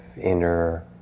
inner